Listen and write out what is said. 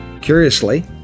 Curiously